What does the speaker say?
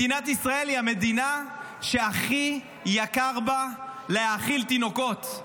מדינת ישראל היא המדינה שהכי יקר בה להאכיל תינוקות.